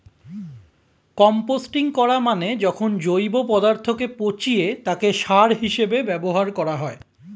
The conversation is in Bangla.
কম্পোস্টিং করা মানে যখন জৈব পদার্থকে পচিয়ে তাকে সার হিসেবে ব্যবহার করা হয়